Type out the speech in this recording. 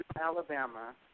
Alabama